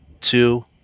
two